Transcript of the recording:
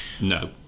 no